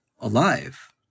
alive